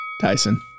Tyson